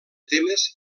temes